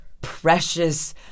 precious